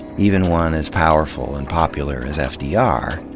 even one as powerful and popular as ah fdr,